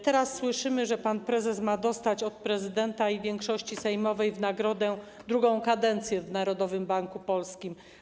Teraz słyszymy, że pan prezes ma dostać od prezydenta i większości sejmowej w nagrodę drugą kadencję w Narodowym Banku Polskim.